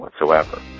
whatsoever